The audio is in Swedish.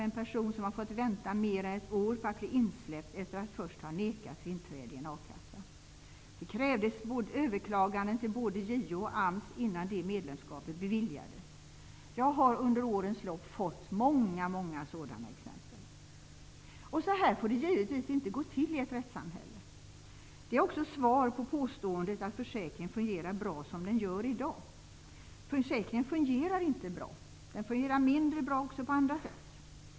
En person har fått vänta mer än ett år på att bli insläppt, efter att först ha nekats inträde i en a-kassa. Det krävdes överklaganden till både JO och AMS innan det medlemskapet beviljades. Jag har under årens lopp fått många, många sådana exempel. Så här får det givetvis inte gå till i ett rättssamhälle. Det är också svar på påståendet att försäkringen fungerar bra som den gör i dag. Försäkringen fungerar inte bra. Den fungerar mindre bra också på andra sätt.